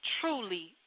truly